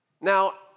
Now